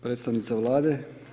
Predstavnica Vlade?